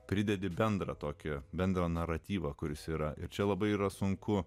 pridedi bendrą tokio bendro naratyvą kuris yra ir čia labai yra sunku